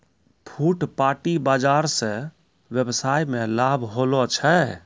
फुटपाटी बाजार स वेवसाय मे लाभ होलो छै